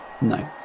No